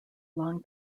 long